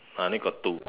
I only got two